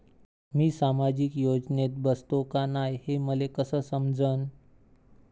मी सामाजिक योजनेत बसतो का नाय, हे मले कस समजन?